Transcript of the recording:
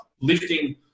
lifting